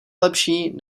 lepší